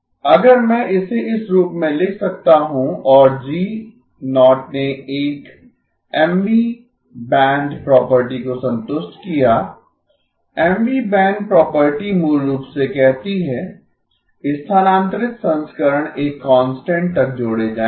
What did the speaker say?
अगर मैं इसे इस रूप में लिख सकता हूं और G0 ने एक Mवीं बैंड प्रॉपर्टी को संतुष्ट किया Mवीं बैंड प्रॉपर्टी मूल रूप से कहती है स्थानांतरित संस्करण एक कांस्टेंट तक जोड़ें जाएंगे